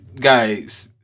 guys